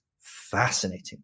fascinating